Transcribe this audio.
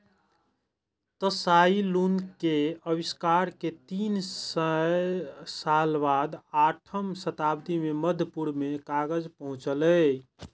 Tsai Lun के आविष्कार के तीन सय साल बाद आठम शताब्दी मे मध्य पूर्व मे कागज पहुंचलै